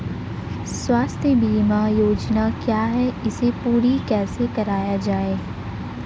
स्वास्थ्य बीमा योजना क्या है इसे पूरी कैसे कराया जाए?